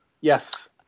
Yes